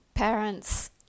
parents